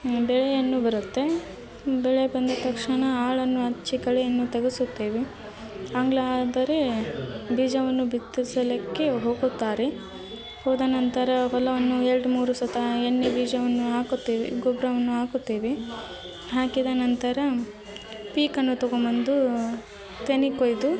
ಬೆಳೆವನ್ನು ಬರುತ್ತೆ ಬೆಳೆ ಬಂದ ತಕ್ಷಣ ಆಳನ್ನು ಹಚ್ಚಿ ಕಳೆಯನ್ನು ತೆಗೆಸುತ್ತೇವೆ ಆದರೆ ಬೀಜವನ್ನು ಬಿತ್ತಿಸಲಿಕ್ಕೆ ಹೋಗುತ್ತಾರೆ ಹೋದ ನಂತರ ಹೊಲವನ್ನು ಎರಡು ಮೂರು ಸತಿ ಎಣ್ಣಿ ಬೀಜವನ್ನು ಹಾಕುತ್ತೇವೆ ಗೊಬ್ಬರವನ್ನು ಹಾಕುತ್ತೇವೆ ಹಾಕಿದ ನಂತರ ಪೀಕನ್ನು ತಗೊಂಡ್ಬಂದು ತೆನೆ ಕೊಯ್ದು